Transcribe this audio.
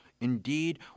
Indeed